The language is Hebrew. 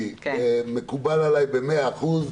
מקובל עלי במאה אחוז.